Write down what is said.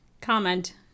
comment